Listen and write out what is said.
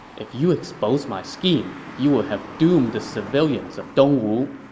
if you expose my scheme, you will have doomed the civilians of dong wu.